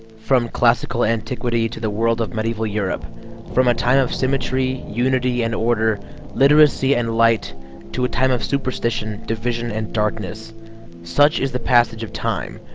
from classical antiquity to the world of medieval europe from a time of symmetry unity and order literacy and light to a time of superstition division and darkness such is the passage of time?